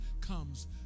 comes